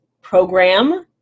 program